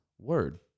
Word